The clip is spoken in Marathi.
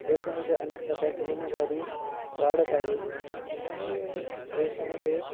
देशामध्ये अनेक प्रकारची गुन्हेगारी वाढत आहे त्यामुळे देशामध्ये